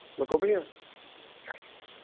look over here darius